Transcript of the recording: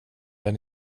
det